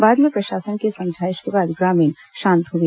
बाद में प्रशासन की समझाइश के बाद ग्रामीण शांत हुए